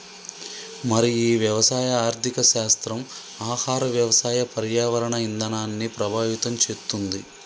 మరి ఈ వ్యవసాయ ఆర్థిక శాస్త్రం ఆహార వ్యవసాయ పర్యావరణ ఇధానాన్ని ప్రభావితం చేతుంది